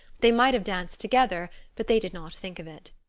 they might have danced together, but they did not think of it.